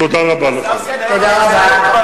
תודה רבה לכם.